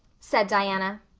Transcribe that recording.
said diana.